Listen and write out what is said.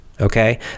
okay